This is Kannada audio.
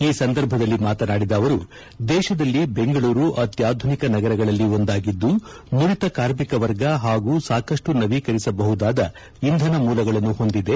ಈ ಸಂದರ್ಭದಲ್ಲಿ ಮಾತನಾಡಿದ ಅವರು ದೇಶದಲ್ಲಿ ಬೆಂಗಳೂರು ಅತ್ಯಾಧುನಿಕ ನಗರಗಳಲ್ಲಿ ಒಂದಾಗಿದ್ದು ನುರಿತ ಕಾರ್ಮಿಕ ವರ್ಗ ಹಾಗೂ ಸಾಕಷ್ಟು ನವೀಕರಿಸಬಹುದಾದ ಇಂಧನ ಮೂಲಗಳನ್ನು ಹೊಂದಿದೆ